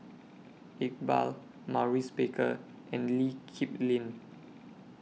Iqbal Maurice Baker and Lee Kip Lin